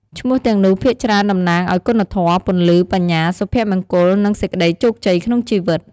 ឈ្មោះទាំងនោះភាគច្រើនតំណាងឲ្យគុណធម៌ ពន្លឺ បញ្ញា សុភមង្គល និងសេចក្ដីជោគជ័យក្នុងជីវិត។